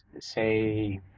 say